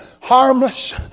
harmless